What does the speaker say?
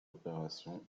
opération